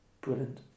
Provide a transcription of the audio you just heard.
brilliant